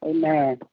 Amen